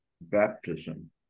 baptism